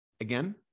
Again